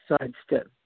sidestep